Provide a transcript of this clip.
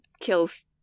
kills